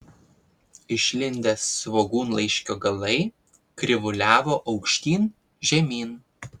išlindę svogūnlaiškio galai krivuliavo aukštyn žemyn